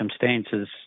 circumstances